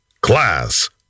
class